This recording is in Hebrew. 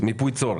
מיפוי צורך.